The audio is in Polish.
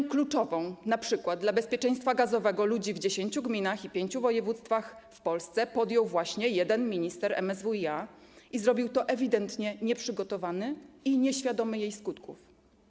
Np. kluczową decyzję dla bezpieczeństwa gazowego ludzi w 10 gminach i pięciu województwach w Polsce podjął właśnie jeden minister MSWiA i zrobił to, będąc ewidentnie nieprzygotowanym i nieświadomym jej skutków.